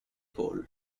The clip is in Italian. call